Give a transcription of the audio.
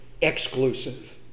exclusive